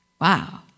Wow